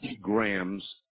grams